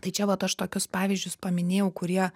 tai čia vat aš tokius pavyzdžius paminėjau kurie